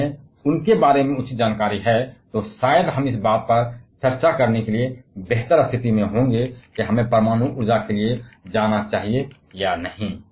अगर हमें उनके बारे में उचित जानकारी है तो शायद हम इस बात पर चर्चा करने के लिए बेहतर स्थिति में होंगे कि हमें परमाणु ऊर्जा के लिए जाना चाहिए या नहीं